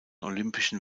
olympischen